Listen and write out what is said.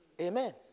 Amen